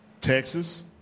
Texas